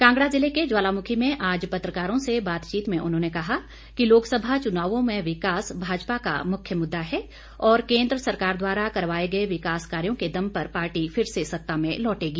कांगड़ा जिले के ज्वालामुखी में आज पत्रकारों से बातचीत में उन्होंने कहा कि लोकसभा चुनावों में विकास भाजपा का मुख्य मुद्दा है और केंद्र सरकार द्वारा करवाए गए विकास कार्यों के दम पर पार्टी फिर से सत्ता में लौटेगी